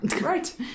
right